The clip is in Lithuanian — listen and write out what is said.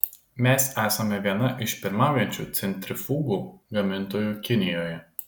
mes esame viena iš pirmaujančių centrifugų gamintojų kinijoje